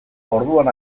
orduan